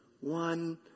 one